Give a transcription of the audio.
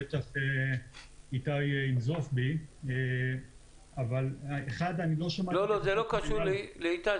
ואיתי ינזוף בי -- זה לא קשור לאיתי,